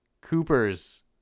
Cooper's